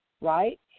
right